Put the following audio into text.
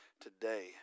today